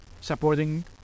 supporting